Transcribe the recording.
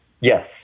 Yes